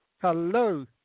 Hello